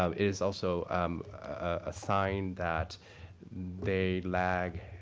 um is also um a sign that they lag,